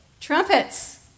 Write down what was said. Trumpets